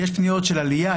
יש פניות של עליה,